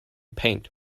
paint